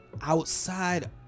Outside